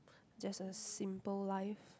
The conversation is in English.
just a simple life